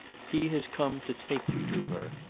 he has come to take you to her.